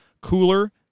cooler